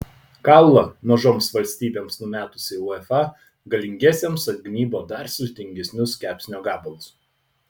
kaulą mažoms valstybėms numetusi uefa galingiesiems atgnybo dar sultingesnius kepsnio gabalus